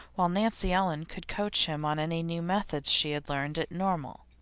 while nancy ellen could coach him on any new methods she had learned at normal.